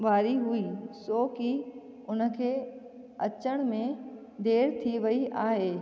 वारी हुई छोकी उन खे अचण में देरि थी वई आहे